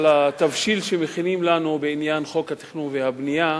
על התבשיל שמכינים לנו בעניין חוק התכנון והבנייה,